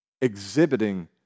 exhibiting